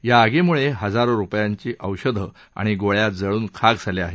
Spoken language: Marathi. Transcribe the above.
या आगीम्ळे हजारो रूपयांची औषधी व गोळ्या जळून खाक झाल्या आहेत